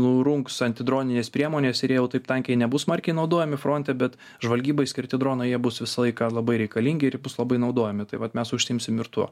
nurungs antidroninės priemonės ir jie jau taip tankiai nebus smarkiai naudojami fronte bet žvalgybai skirti dronai jie bus visą laiką labai reikalingi ir jie bus labai naudojami tai vat mes užsiimsim ir tuo